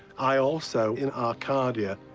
i also in arcadia,